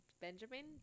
Benjamin